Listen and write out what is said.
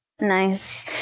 Nice